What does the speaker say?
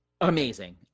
Amazing